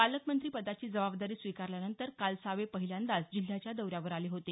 पालकमंत्री पदाची जबाबदारी स्वीकारल्यानंतर काल सावे पहिल्यांदाच जिल्ह्याच्या दौऱ्यावर आले होते